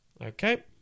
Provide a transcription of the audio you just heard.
Okay